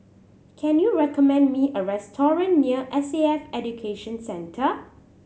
can you recommend me a restaurant near S A F Education Centre